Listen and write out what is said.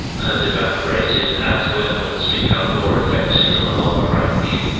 has evaporated as weapons become more effective from a longer range.